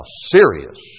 serious